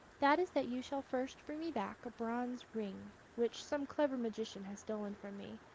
that is that you shall first bring me back a bronze ring which some clever magician has stolen from me.